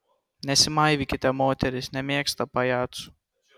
nesimaivykite moterys nemėgsta pajacų